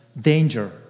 danger